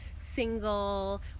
single